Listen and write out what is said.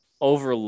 over